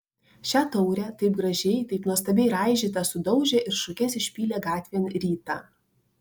šią taurę taip gražiai taip nuostabiai raižytą sudaužė ir šukes išpylė gatvėn rytą